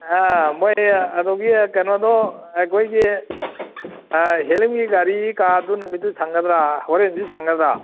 ꯑꯥ ꯃꯣꯏ ꯀꯩꯅꯣꯒꯤ ꯀꯩꯅꯣꯗꯣ ꯑꯩꯈꯣꯏꯒꯤ ꯍꯦꯂꯦꯝꯒꯤ ꯒꯥꯔꯤ ꯀꯥꯔꯗꯣ ꯅꯨꯃꯤꯠꯇꯨ ꯁꯪꯒꯗ꯭ꯔ ꯍꯣꯔꯦꯟꯁꯨ ꯁꯪꯒꯗ꯭ꯔ